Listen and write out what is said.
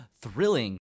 thrilling